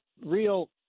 real